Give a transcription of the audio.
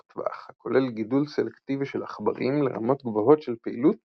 טווח הכולל גידול סלקטיבי של עכברים לרמות גבוהות של פעילות